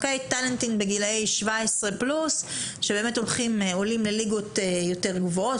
טלנטים בגילאי 17 פלוס שעולים לליגות יותר גבוהות,